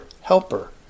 helper